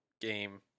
game